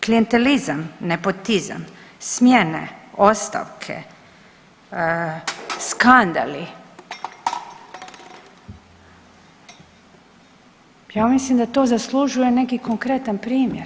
Klijentelizam, nepotizam, smjene, ostavke, skandali ja mislim da to zaslužuje neki konkretan primjer.